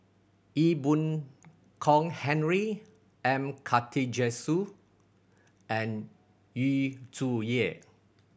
Ee Boon Kong Henry M Karthigesu and Yu Zhuye